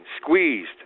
squeezed